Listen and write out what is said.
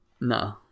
No